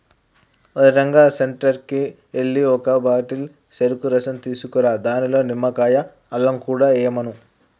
ఓరేయ్ రంగా సెంటర్కి ఎల్లి ఒక బాటిల్ సెరుకు రసం తీసుకురా దానిలో నిమ్మకాయ, అల్లం కూడా ఎయ్యమను